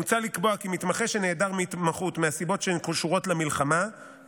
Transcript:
מוצע לקבוע כי מתמחה שנעדר מהתמחות מסיבות שהן קשורות למלחמה,